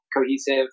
cohesive